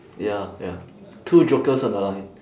ya ya two jokers on the line